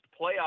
playoff